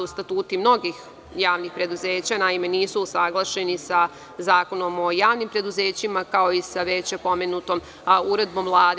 Statuti mnogih javnih preduzeća nisu usaglašeni sa Zakonom o javnim preduzećima kao i sa već pomenutom uredbom Vlade.